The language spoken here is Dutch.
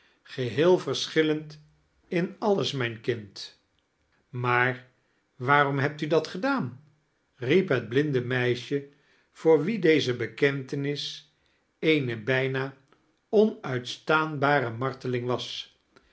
geheel verschillend in alles mijn kind maar waarom hebt u dat gedaan riep het blinde meisje voor wie deze bekentenis eene bijna onuitstaanbare marteling was